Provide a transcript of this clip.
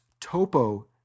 Topo